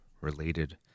related